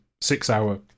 six-hour